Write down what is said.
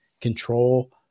Control